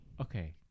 okay